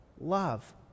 love